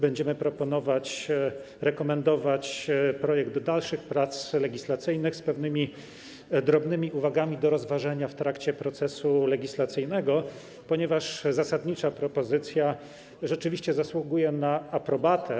Będziemy proponować, rekomendować projekt do dalszych prac legislacyjnych z pewnymi drobnymi uwagami do rozważenia w trakcie procesu legislacyjnego, ponieważ zasadniczo propozycja zasługuje na aprobatę.